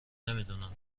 نمیدونم